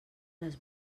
les